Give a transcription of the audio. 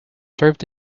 served